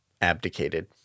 abdicated